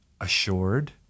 assured